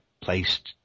placed